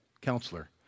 counselor